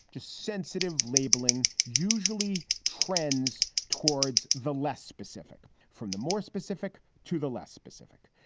just sensitive labeling. usually. trends towards the less specific, from the more specific to the less specific.